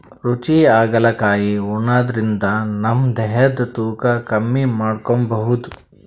ರುಚಿ ಹಾಗಲಕಾಯಿ ಉಣಾದ್ರಿನ್ದ ನಮ್ ದೇಹದ್ದ್ ತೂಕಾ ಕಮ್ಮಿ ಮಾಡ್ಕೊಬಹುದ್